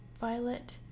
violet